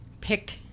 pick